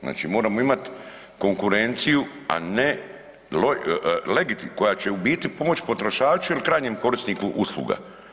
Znači moramo imati konkurenciju, a ne, legitimnu koja će u biti pomoći potrošaču ili krajnjem korisniku usluga.